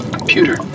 Computer